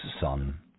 son